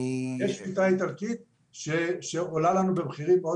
יש שביתה איטלקית שעולה לנו במחירים מאוד